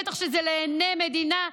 בטח כשזה לעיני מדינה שלמה.